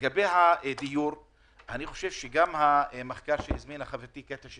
לעניין הזה